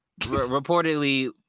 reportedly